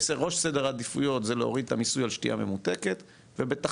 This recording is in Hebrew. בראש סדר העדיפויות זה להוריד את המיסוי על שתייה ממותקת ובתחתית,